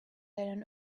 than